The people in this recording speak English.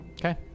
Okay